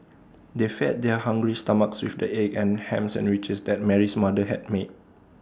they fed their hungry stomachs with the egg and Ham Sandwiches that Mary's mother had made